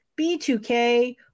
B2K